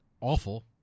awful